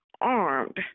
armed